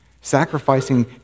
sacrificing